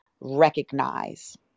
recognize